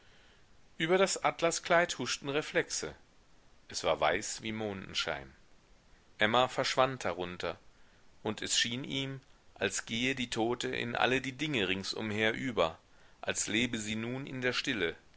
über das atlaskleid huschten reflexe es war weiß wie mondenschein emma verschwand darunter und es schien ihm als gehe die tote in alle die dinge ringsumher über als lebe sie nun in der stille